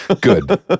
Good